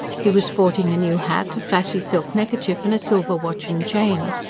he was sporting a new hat, a flashy silk neckerchief and a silver watch and chain.